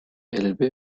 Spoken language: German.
elbe